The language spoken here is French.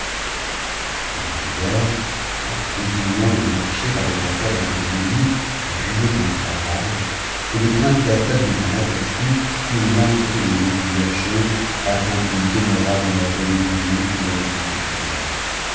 le vieillard en continuant de marcher avec assad à côté de lui ia't en sa barbe et de crainte qu'assad ne s'en aperçût il l'entretenait plusieurs choses afin qu'il demeurât dans la bonne opinion qu'il avait conçue pour lui